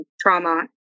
trauma